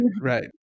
right